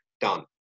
done